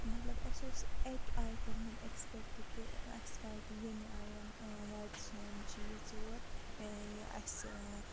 مطلب اَسہِ اوس اَکہِ آیہِ کوٚرمُت ایٚکسپیٚکٹ کہِ اَسہِ واتہِ ییٚمہِ آیَن واتہِ سون چیٖز یور یہِ اَسہِ